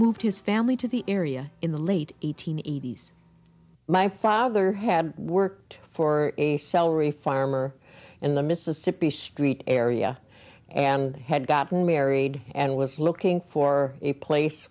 moved his family to the area in the late eight hundred eighty s my father had worked for a salary farmer in the mississippi street area and had gotten married and was looking for a place